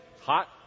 Hot